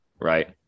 right